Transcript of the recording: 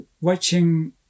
watching